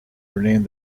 renamed